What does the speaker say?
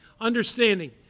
Understanding